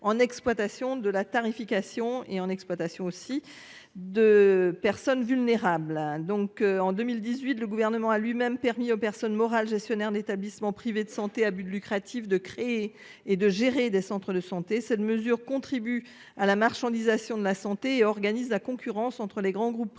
en exploitation de la tarification et en exploitation aussi de personnes vulnérables. Donc en 2018 le gouvernement a lui-même permis aux personnes morales gestionnaires d'établissements privés de santé à but lucratif de créer et de gérer des centres de santé, ça ne mesure contribue à la marchandisation de la santé et organise la concurrence entre les grands groupes privés